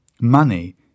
Money